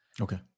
Okay